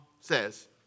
says